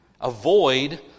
avoid